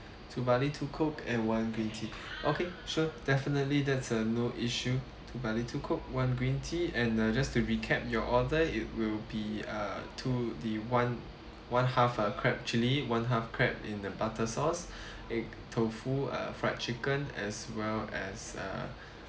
two barley two coke and one green okay sure definitely that's uh no issue two barley two coke one green tea and uh just to recap your order it will be uh two the one one half uh crab chili one half crab in the butter sauce egg tofu uh fried chicken as well as uh